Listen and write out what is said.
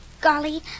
Golly